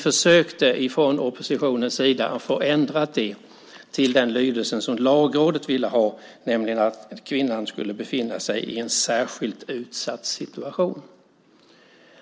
Från oppositionens sida försökte vi att få det ändrat till den lydelse som Lagrådet ville ha, nämligen att kvinnan skulle befinna sig i en särskilt utsatt situation.